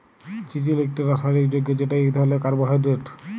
চিটিল ইকট রাসায়লিক যগ্য যেট ইক ধরলের কার্বোহাইড্রেট